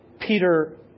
Peter